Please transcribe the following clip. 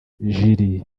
julie